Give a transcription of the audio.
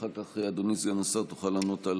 אחר כך, אדוני סגן השר, תוכל לענות על